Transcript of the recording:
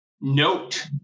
note